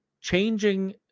changing